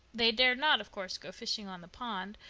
they dared not, of course, go fishing on the pond,